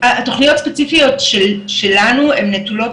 התוכניות הספציפיות שלנו הן נטולות